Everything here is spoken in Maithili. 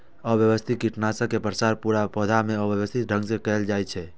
व्यवस्थित कीटनाशक के प्रसार पूरा पौधा मे व्यवस्थित ढंग सं कैल जाइ छै